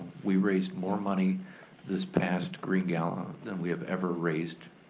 we raised more money this past green gala than we have ever raised